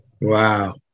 Wow